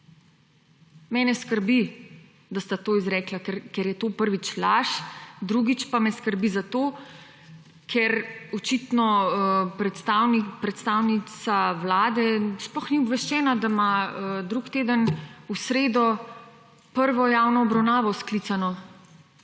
Mene skrbi, da sta to izrekla, ker je to prvič laž drugič pa me skrbi, zato ker očitno predstavnica Vlade sploh ni obveščena, da ima drugi teden v sredo prvo javno obravnavo sklicano